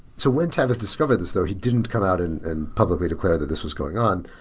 so when tavis discovered this though, he didn't come out and and publicly declared that this was going on.